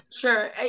Sure